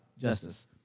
justice